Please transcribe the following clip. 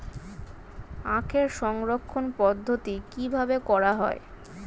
আখের সংরক্ষণ পদ্ধতি কিভাবে করা হয়?